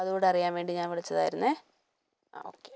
അതുകൂടെ അറിയാൻ വേണ്ടി ഞാൻ വിളിച്ചതായിരുന്നു ആ ഓക്കേ